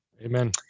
Amen